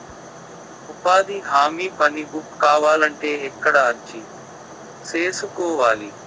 ఉపాధి హామీ పని బుక్ కావాలంటే ఎక్కడ అర్జీ సేసుకోవాలి?